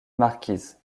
marquises